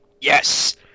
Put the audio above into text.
Yes